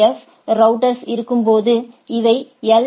ஃப் ரவுட்டருக்குள் இருக்கும்போது இவை எல்